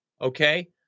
okay